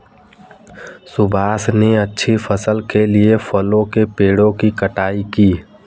सुभाष ने अच्छी फसल के लिए फलों के पेड़ों की छंटाई की